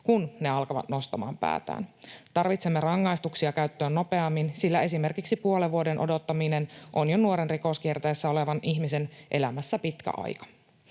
kun ne alkavat nostamaan päätään. Tarvitsemme rangaistuksia käyttöön nopeammin, sillä esimerkiksi puolen vuoden odottaminen on jo nuoren, rikoskierteessä olevan ihmisen elämässä pitkä aika.